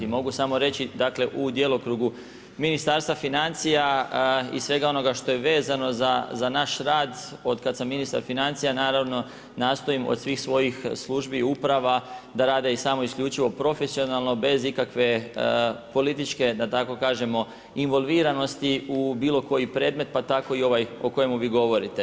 Mogu samo reći, dakle u djelokrugu Ministarstva financija i svega onog što je vezano za naš rad, od kad sam ministar financija, naravno, nastojim od svih svojih službi, uprava, da rade i samo isključivo profesionalno, bez ikakve političke, da tako kažemo involviranosti u bilo koji predmet, pa tako i ovaj o kojemu vi govorite.